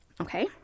okay